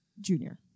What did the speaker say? junior